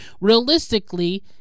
realistically